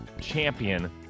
champion